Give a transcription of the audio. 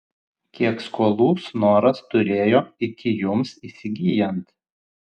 kiek skolų snoras turėjo iki jums įsigyjant